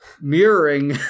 mirroring